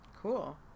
Cool